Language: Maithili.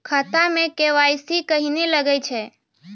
खाता मे के.वाई.सी कहिने लगय छै?